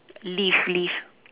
leaf leaf